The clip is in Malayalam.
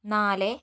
നാല്